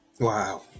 Wow